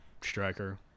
Striker